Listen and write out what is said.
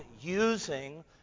using